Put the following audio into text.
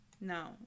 no